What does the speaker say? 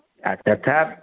तथा